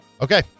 Okay